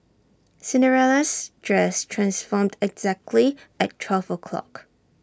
Cinderella's dress transformed exactly at twelve o'clock